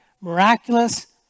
miraculous